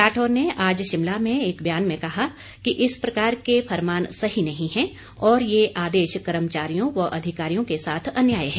राठौर ने आज शिमला में एक बयान में कहा कि इस प्रकार के फरमान सही नही है और ये आदेश कर्मचारियों व अधिकारियों के साथ अन्याय है